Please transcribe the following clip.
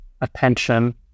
attention